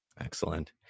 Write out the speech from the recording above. excellent